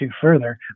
further